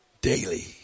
daily